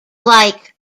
like